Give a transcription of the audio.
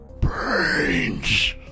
Brains